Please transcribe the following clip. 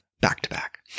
back-to-back